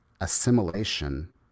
assimilation